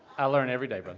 i learn every day, but